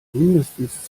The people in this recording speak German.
mindestens